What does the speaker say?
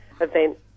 event